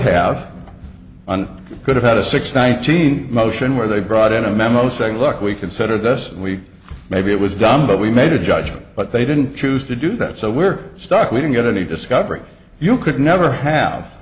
on could have had a six nineteen motion where they brought in a memo saying look we consider this we maybe it was dumb but we made a judgment but they didn't choose to do that so we're stuck we don't get any discovery you could never have